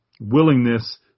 willingness